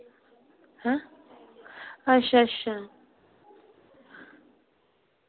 हैं अच्छा अच्छा